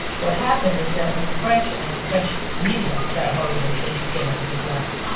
what happened is that when the french and french media got a hold of it, they began a big laugh.